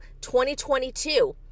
2022